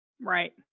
right